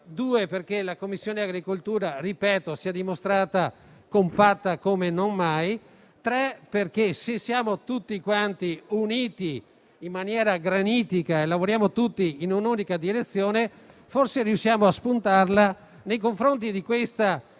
perché, la Commissione agricoltura si è dimostrata compatta come non mai; in terzo luogo, perché, se siamo tutti uniti in maniera granitica e lavoriamo tutti in un'unica direzione, forse riusciamo a spuntarla nei confronti della